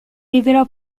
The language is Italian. rivelò